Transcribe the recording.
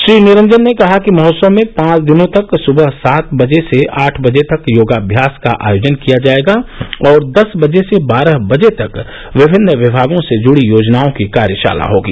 श्री निरंजन ने कहा कि महोत्सव में पांच दिनों तक सुबह सात बजे से आठ बजे तक योगाभ्यास का आयेजन किया जाएगा और दस बजे से बारह बजे तक विभिन्न विमागों से जुड़ी योजनाओं की कार्यशाला होगी